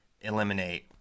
eliminate